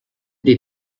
des